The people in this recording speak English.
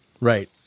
right